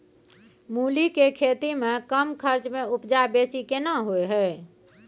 मूली के खेती में कम खर्च में उपजा बेसी केना होय है?